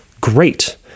Great